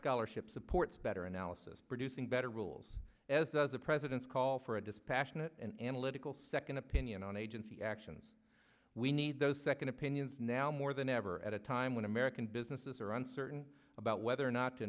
vascular ship supports better analysis producing better rules as a president's call for a dispassionate and analytical second opinion on agency actions we need those second opinions now more than ever at a time when american businesses are uncertain about whether or not to